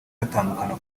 batandukana